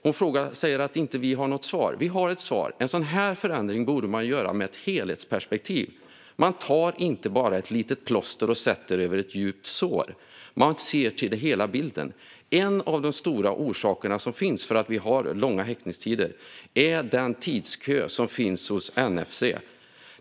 Hon sa att vi inte har något svar. Vi har ett svar. En sådan här förändring borde man göra med ett helhetsperspektiv. Man tar inte bara ett litet plåster och sätter över ett djupt sår. Man ser till hela bilden. En stor orsak till att vi har långa häktningstider är den kö som finns hos NFC.